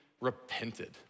repented